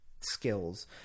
skills